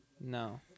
No